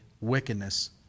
wickedness